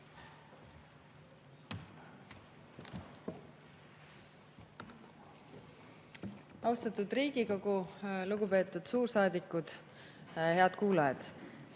Austatud Riigikogu! Lugupeetud suursaadikud! Head kuulajad!